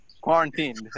Quarantined